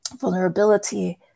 vulnerability